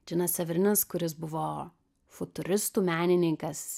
džinas severinas kuris buvo futuristų menininkas